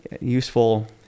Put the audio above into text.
useful